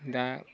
दा